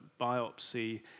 biopsy